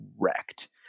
wrecked